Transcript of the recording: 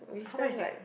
how much did it cost